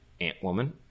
Ant-Woman